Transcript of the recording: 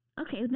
Okay